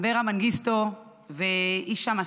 אברה מנגיסטו והישאם א-סייד.